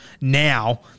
now